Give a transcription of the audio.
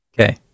Okay